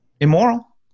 immoral